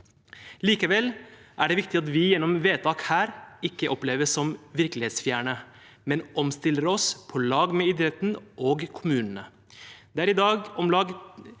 Likevel er det viktig at vi gjennom vedtak her ikke oppleves som virkelighetsfjerne, men omstiller oss på lag med idretten og kommunene.